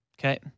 Okay